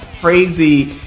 crazy